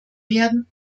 werden